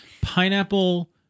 pineapple